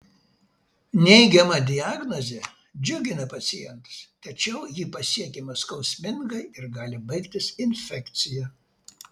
neigiama diagnozė džiugina pacientus tačiau ji pasiekiama skausmingai ir gali baigtis infekcija